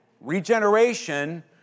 regeneration